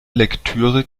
lektüre